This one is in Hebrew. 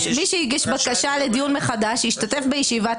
"מי שהגיש בקשה לדיון מחדש ישתתף בישיבת